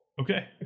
Okay